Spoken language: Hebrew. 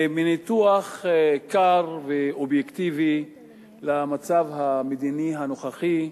בניתוח קר ואובייקטיבי של המצב המדיני הנוכחי,